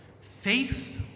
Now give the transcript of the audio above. Faith